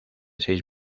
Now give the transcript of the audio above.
seis